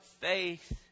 faith